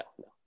no